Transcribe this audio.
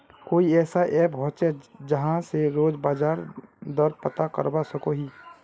कोई ऐसा ऐप होचे जहा से रोज बाजार दर पता करवा सकोहो ही?